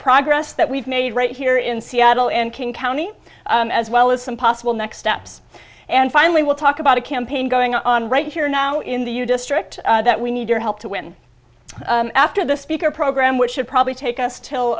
progress that we've made right here in seattle and king county as well as some possible next steps and finally we'll talk about a campaign going on right here now in the your district that we need your help to win after the speaker program which should probably take us till